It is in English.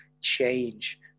change